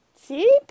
see